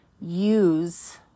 use